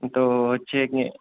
তো হচ্ছে কি